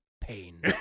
pain